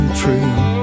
true